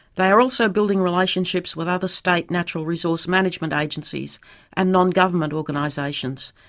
they are also building relationships with other state natural resource management agencies and non government organisations,